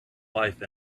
life